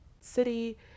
city